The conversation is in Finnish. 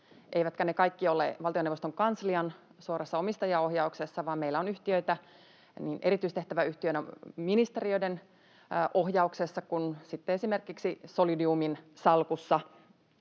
eivätkä ne kaikki ole valtioneuvoston kanslian suorassa omistajaohjauksessa, vaan meillä on yhtiöitä niin erityistehtäväyhtiöinä ministeriöiden ohjauksessa kuin sitten esimerkiksi Solidiumin salkussa